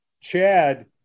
Chad